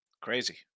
Crazy